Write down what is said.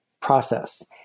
process